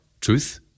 truth